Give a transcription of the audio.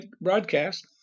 broadcast